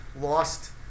lost